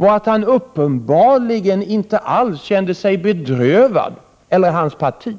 Men vad som förvånar mig är att varken Kurt Ove Johansson eller hans parti uppenbarligen kände sig bedrövade